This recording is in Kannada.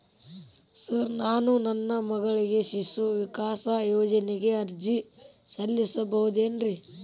ಸರ್ ನಾನು ನನ್ನ ಮಗಳಿಗೆ ಶಿಶು ವಿಕಾಸ್ ಯೋಜನೆಗೆ ಅರ್ಜಿ ಸಲ್ಲಿಸಬಹುದೇನ್ರಿ?